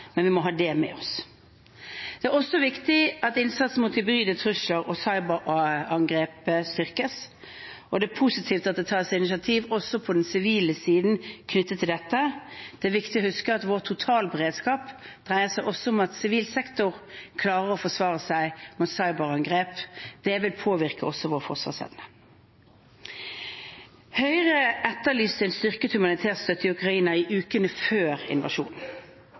men vi må ha det med oss. Det er også viktig at innsatsen mot hybride trusler og cyberangrep styrkes, og det er positivt at det tas initiativ også på den sivile siden knyttet til dette. Det er viktig å huske at vår totalberedskap dreier seg også om at sivil sektor klarer å forsvare seg mot cyberangrep. Det vil også påvirke vår forsvarsevne. Høyre etterlyste en styrket humanitær støtte i Ukraina i ukene før invasjonen,